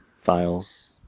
Files